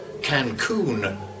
Cancun